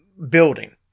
Building